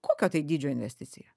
kokio tai dydžio investicija